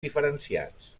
diferenciats